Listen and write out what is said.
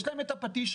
יש להם את הפטיש.